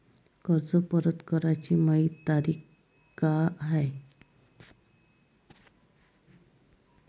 कर्ज परत कराची मायी तारीख का हाय?